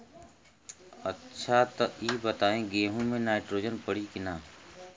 अच्छा त ई बताईं गेहूँ मे नाइट्रोजन पड़ी कि ना?